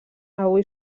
avui